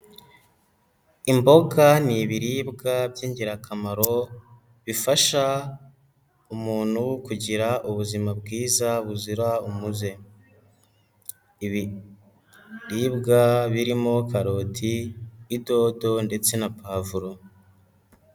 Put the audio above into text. Imboga n'ibiribwa by'ingirakamaro, bifasha umuntu kugira ubuzima bwiza buzira umuze, ibiribwa birimo karoti, idodo ndetse na pavuro.